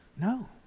No